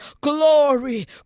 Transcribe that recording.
glory